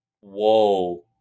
Whoa